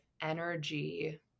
energy